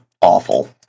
awful